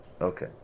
Okay